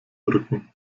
rücken